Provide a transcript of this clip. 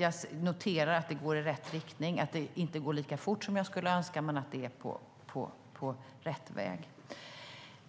Jag noterar att det inte går lika fort som jag skulle önska men att det är på rätt väg.